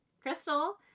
Crystal